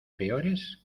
peores